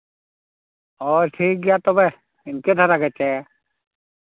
ᱦᱳᱭ ᱴᱷᱤᱠ ᱜᱮᱭᱟ ᱛᱚᱵᱮ ᱤᱱᱠᱟᱹ ᱫᱷᱟᱨᱟ ᱜᱮᱪᱮ